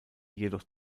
jedoch